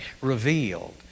revealed